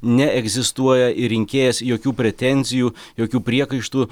neegzistuoja ir rinkėjas jokių pretenzijų jokių priekaištų